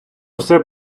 все